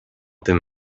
tym